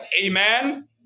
Amen